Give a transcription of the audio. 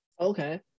Okay